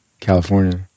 California